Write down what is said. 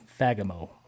Fagamo